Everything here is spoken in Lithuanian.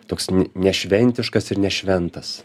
toks ne ne šventiškas ir nešventas